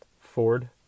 ford